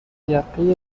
یقه